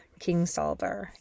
Kingsolver